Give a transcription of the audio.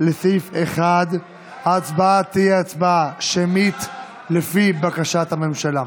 לסעיף 1. ההצבעה תהיה הצבעה שמית לפי בקשת הממשלה.